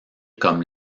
comme